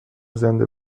زنده